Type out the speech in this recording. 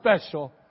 special